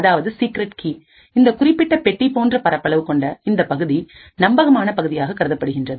அதாவது secret key இந்த குறிப்பிட்ட பெட்டி போன்ற பரப்பளவு கொண்ட இந்தப் பகுதிநம்பகமான பகுதியாக கருதப்படுகின்றது